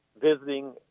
visiting